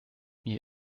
mir